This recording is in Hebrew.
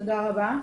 תודה רבה.